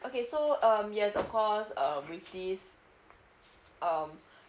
okay so um yes of course um with this um